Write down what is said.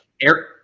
eric